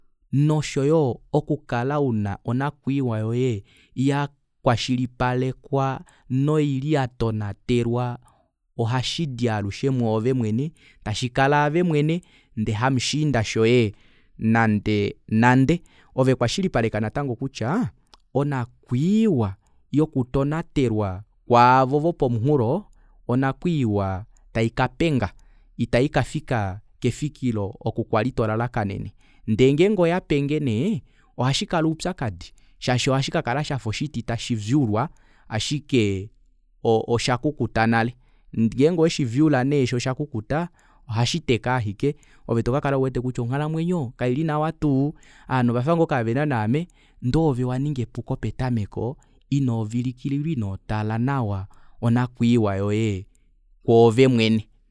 Noshoyo okukala una onakwiiwa yoye yakwashilipalekwa noili yatonatelwa ohashidi alushe mwoove mwene tashikala ove mwene ndee hamushiinda shoye nande nande ove kwashilipaleka natango kutya onakwiiwa yoku tonatelwa kwaavo vopomunghulo onakwiiwa taika penga ita ikafika kefikilo oku kwali tolalakanene ndee ngenge oyapenge nee ohashikala oupyakadi shaashi ohashikakala shafa oshiti tashifyulwa ashike osha kukukuta nale ngeenge oweshifyula nee shoo oshakukuta ohashiteka aashike ove tokakala uwete kutya onghalamwenyo kaili nawa tuu ovanhu ovafa ngoo vehena naame ndee oove waninga epuko petameko inovikila ile inotala nawa onakwiiwa yoye kwoove mwene